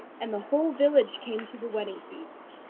and the whole village came to the wedding feast.